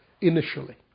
initially